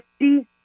50